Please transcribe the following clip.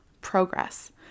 progress